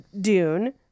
Dune